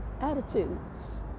attitudes